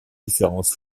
différents